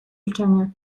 milczenie